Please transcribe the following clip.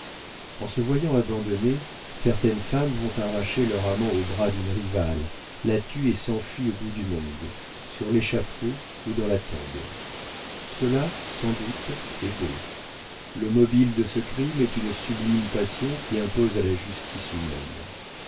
en se voyant abandonnées certaines femmes vont arracher leur amant aux bras d'une rivale la tuent et s'enfuient au bout du monde sur l'échafaud ou dans la tombe cela sans doute est beau le mobile de ce crime est une sublime passion qui impose à la justice humaine